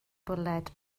bwled